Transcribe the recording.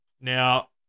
Now